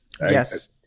Yes